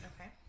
Okay